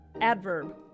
Adverb